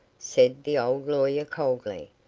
said the old lawyer, coldly.